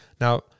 now